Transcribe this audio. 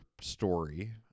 story